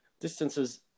Distances